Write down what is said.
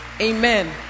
Amen